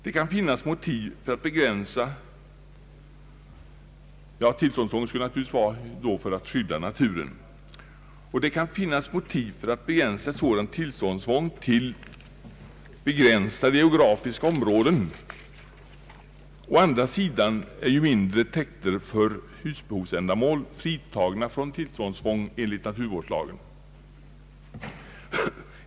Det kan finnas motiv för att begränsa ett sådant tillståndstvång — i detta fall för att skydda naturen — till vissa geografiska områden. Å andra sidan är ju mindre täkter för husbehovsändamål fritagna från tillståndstvång enligt naturvårdslagen.